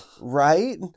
right